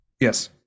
Yes